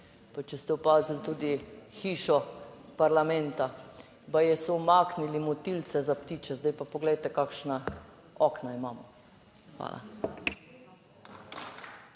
če ste opazili, tudi hišo parlamenta: baje so umaknili motilce za ptiče, zdaj pa poglejte kakšna okna imamo? Hvala.